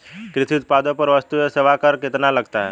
कृषि उत्पादों पर वस्तु एवं सेवा कर कितना लगता है?